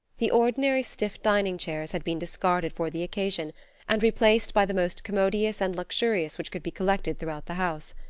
the ordinary stiff dining chairs had been discarded for the occasion and replaced by the most commodious and luxurious which could be collected throughout the house.